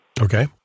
Okay